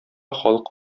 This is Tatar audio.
халык